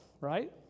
right